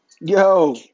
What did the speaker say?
Yo